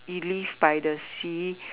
he live by the sea